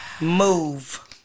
Move